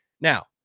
Now